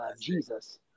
Jesus